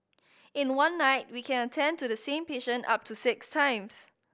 in one night we can attend to the same patient up to six times